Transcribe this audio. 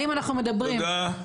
האם אנחנו מדברים --- תודה,